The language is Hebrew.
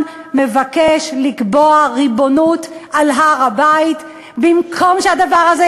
מבקש לקבוע ריבונות על הר-הבית במקום שהדבר הזה,